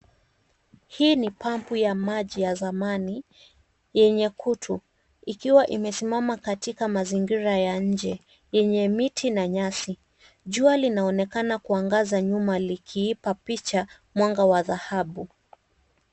Hii ni pampu ya maji ya zamani yenye kutu, ikiwa imesimama katika mazingira ya nje yenye miti na nyasi. Jua linaonekana kuangaza nyuma likiipa picha mwanga wa dhahabu.